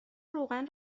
روغن